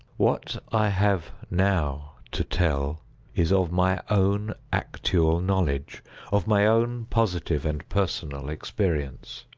what i have now to tell is of my own actual knowledge of my own positive and personal experience.